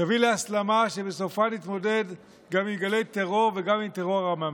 תביא להסלמה שבסופה נתמודד גם עם גלי טרור וגם עם טרור עממי.